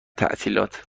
تعطیلات